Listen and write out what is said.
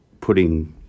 putting